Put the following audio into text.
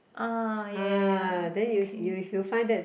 uh ya ya ya okay